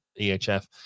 EHF